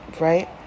right